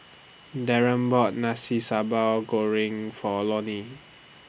Darren bought Nasi Sambal Goreng For Lonie